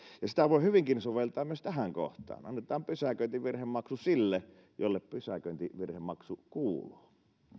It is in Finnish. ja sitä voi hyvinkin soveltaa myös tähän kohtaan annetaan pysäköintivirhemaksu sille jolle pysäköintivirhemaksu kuuluu